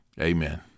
Amen